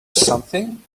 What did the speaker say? something